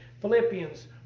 Philippians